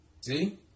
See